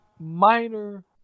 minor